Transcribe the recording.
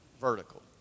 vertical